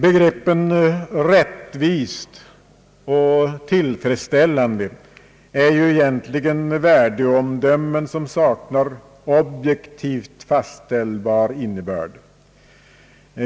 Begreppen »rättvist«» och »tillfredsställande» är ju egentligen värdeomdömen som saknar objektivt fastställbar innebörd.